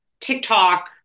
TikTok